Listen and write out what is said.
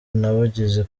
nabugize